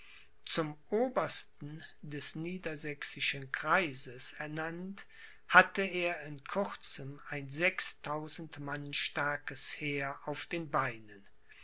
zum obersten des niedersächsischen kreises ernannt hatte er in kurzem ein sechstausend mann starkes heer auf den beinen